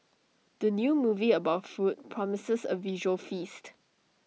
the new movie about food promises A visual feast